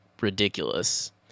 ridiculous